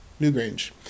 newgrange